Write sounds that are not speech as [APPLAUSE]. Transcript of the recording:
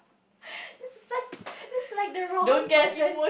this is such [LAUGHS] this is like the wrong person